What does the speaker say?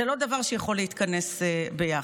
זה לא דבר שיכול להתכנס ביחד.